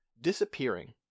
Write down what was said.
Disappearing